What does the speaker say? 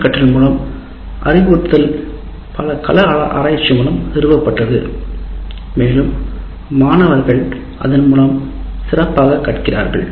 கலப்பு கற்றல் மூலம் அறிவுறுத்தல் பல கள ஆராய்ச்சி மூலம் நிறுவப்பட்டது மேலும் மாணவர்கள் அதன் மூலம் சிறப்பாகக் கற்கிறார்கள்